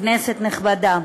כנסת נכבדה,